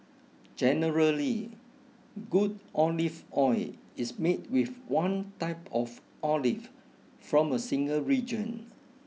generally good olive oil is made with one type of olive from a single region